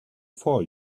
for